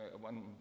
one